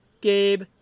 Gabe